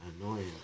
annoying